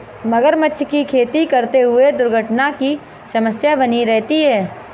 मगरमच्छ की खेती करते हुए दुर्घटना की समस्या बनी रहती है